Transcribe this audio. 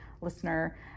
listener